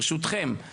ברשותכם,